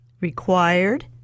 Required